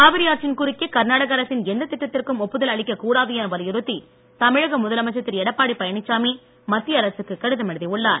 காவிரி ஆற்றின் குறுக்கே கர்நாடக அரசின் எந்த திட்டத்திற்கும் ஒப்புதல் அளிக்க கூடாது என வலியுறுத்தி தமிழக முதலமைச்சர் திரு எடப்பாடி பழனிச்சாமி மத்திய அரசுக்கு கடிதம் எழுதியுள்ளார்